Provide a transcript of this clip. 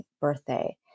birthday